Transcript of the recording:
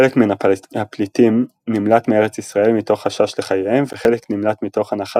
חלק מן הפליטים נמלט מארץ ישראל מתוך חשש לחייהם וחלק נמלט מתוך הנחה